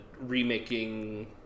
remaking